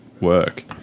work